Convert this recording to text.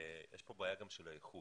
יש פה בעיה גם של האיכות,